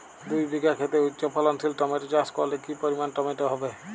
দুই বিঘা খেতে উচ্চফলনশীল টমেটো চাষ করলে কি পরিমাণ টমেটো হবে?